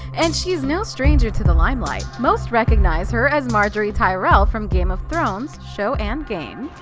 and she's no stranger to the limelight. most recognize her as margaery tyrell from game of thrones, show and game.